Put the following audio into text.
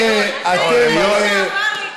אתה היית לשעבר ליכודניק.